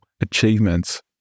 achievements